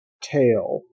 tail